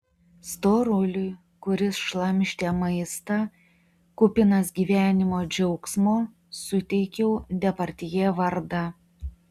storuliui kuris šlamštė maistą kupinas gyvenimo džiaugsmo suteikiau depardjė vardą